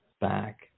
back